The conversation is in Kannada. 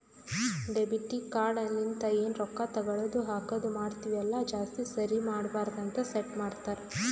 ಡೆಬಿಟ್ ಕಾರ್ಡ್ ಲಿಂತ ಎನ್ ರೊಕ್ಕಾ ತಗೊಳದು ಹಾಕದ್ ಮಾಡ್ತಿವಿ ಅಲ್ಲ ಜಾಸ್ತಿ ಸರಿ ಮಾಡಬಾರದ ಅಂತ್ ಸೆಟ್ ಮಾಡ್ತಾರಾ